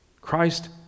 Christ